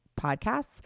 podcasts